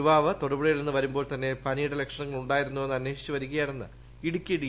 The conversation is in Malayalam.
യുവാവ് തൊടുപുഴയിൽ നിന്നു് പ്ലരുമ്പോൾ തന്നെ പനിയുടെ ലക്ഷണങ്ങൾ ഉണ്ടായിരുന്നോ എന്ന് അന്വേഷിച്ചുവിരിക്കയാണെന്ന് ഇടുക്കി ഡി